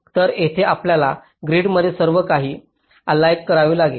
तर तेथे आपल्याला ग्रीडमध्ये सर्वकाही अलिगनेड करावे लागेल